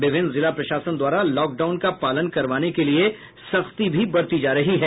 विभिन्न जिला प्रशासन द्वारा लॉकडाउन का पालन करवाने के लिये सख्ती बरती जा रही है